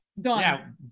done